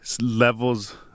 levels